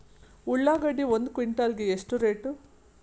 ಉಳ್ಳಾಗಡ್ಡಿ ಒಂದು ಕ್ವಿಂಟಾಲ್ ಗೆ ಎಷ್ಟು ರೇಟು?